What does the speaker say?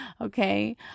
Okay